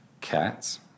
Cats